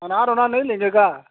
अनार वनार नहीं ले जेगा